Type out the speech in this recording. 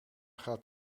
gaat